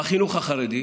בחינוך החרדי,